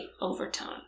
overtone